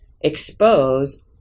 expose